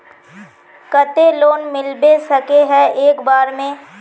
केते लोन मिलबे सके है एक बार में?